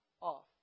off